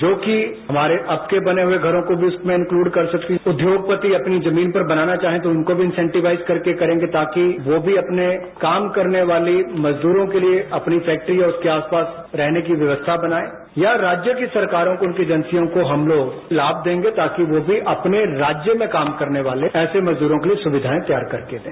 जोकि हमारे अब के बने घरों को भी उसमें इनक्लूड कर सकती है उद्योगपति अपनी जमीन पर बनाना चाहें तो उनकों भी इन्सेंटिवाइज करके करेंगे ताकि वो भी अपने काम करने वाले मजदूरों के लिए अपने फैक्ट्री या उसके आस पास रहने की व्यवस्था बनाए या राज्य की सरकारों को उनकी एजेंसियों को हम लाम देंगे ताकि वो भी अपने राज्य में काम करने वाले ऐसे मजदूरों के लिए सुविघाएं तैयार करके दें